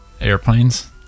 Airplanes